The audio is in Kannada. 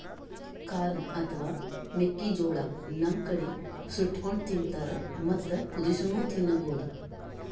ಕಾರ್ನ್ ಅಥವಾ ಮೆಕ್ಕಿಜೋಳಾ ನಮ್ ಕಡಿ ಸುಟ್ಟಕೊಂಡ್ ತಿಂತಾರ್ ಮತ್ತ್ ಕುದಸಿನೂ ತಿನ್ಬಹುದ್